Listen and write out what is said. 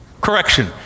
Correction